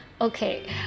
okay